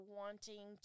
wanting